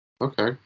Okay